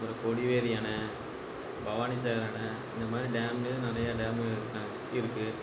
அப்புறம் கொடிவேரி அணை பவானிசாகர் அணை இந்தமாதிரி டேம்லேயும் நிறையா டேமுங்க இருக்காங்க இருக்குது